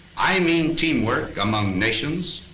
i mean teamwork among nations,